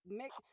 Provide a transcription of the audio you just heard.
make